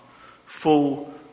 Full